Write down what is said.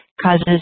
causes